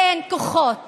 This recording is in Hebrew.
בין כוחות